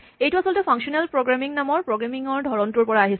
এইটো আচলতে functional programming নামৰ প্ৰগ্ৰেমিং ৰ ধৰণটোৰ পৰা আহিছে